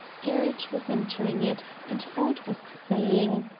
gerridge was entering it, and ford was saying